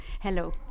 hello